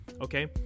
okay